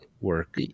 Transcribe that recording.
work